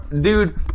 dude